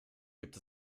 gibt